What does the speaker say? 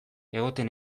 egoten